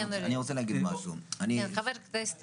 אני רוצה להגיד משהו, היו"ר.